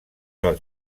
del